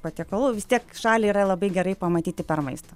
patiekalų vis tiek šalį yra labai gerai pamatyti per maistą